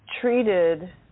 treated